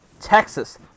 Texas